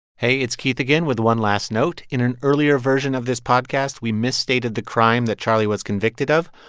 hey, it's keith again with one last note. in an earlier version of this podcast, we misstated the crime that charlie was convicted of.